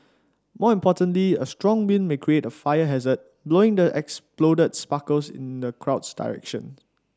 more importantly a strong wind may create a fire hazard blowing the exploded sparkles in the crowd's direction